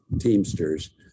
teamsters